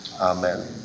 Amen